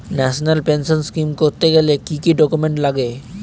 National pension scheme করতে গেলে কি কি ডকুমেন্ট লাগে?